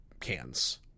cans